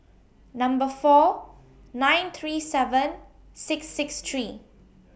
Number four nine three seven six six three